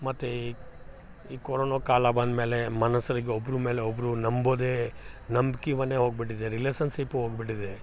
ಮತ್ತು ಈ ಕೊರೊನೊ ಕಾಲ ಬಂದ್ಮೇಲೆ ಮನುಷ್ಯರಿಗೆ ಒಬ್ರ ಮೇಲೆ ಒಬ್ಬರು ನಂಬೋದೇ ನಂಬ್ಕಿವನ್ನೇ ಹೋಗ್ಬಿಟ್ಟಿದೆ ರೆಲೆಸನ್ಸಿಪ್ ಹೋಗ್ಬಿಟ್ಟಿದೆ